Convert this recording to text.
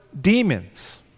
demons